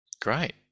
Great